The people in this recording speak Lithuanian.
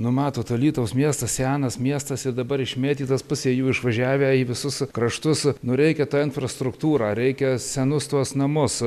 nu matot alytaus miestas senas miestas ir dabar išmėtytas pusė jų išvažiavę į visus kraštus nu reikia tą infrastruktūrą reikia senus tuos namus